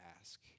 ask